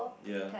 ya